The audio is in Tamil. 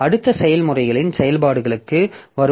அடுத்து செயல்முறைகளின் செயல்பாடுகளுக்கு வரும்